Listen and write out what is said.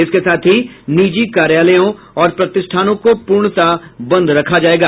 इसके साथ ही निजी कार्यालयों और प्रतिष्ठानों को पूर्णतः बंद रखा जायेगा